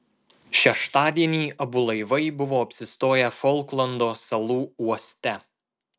šeštadienį abu laivai buvo apsistoję folklando salų uoste